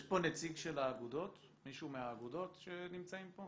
יש פה נציג של האגודות, מישהו מהאגודות שנמצא פה?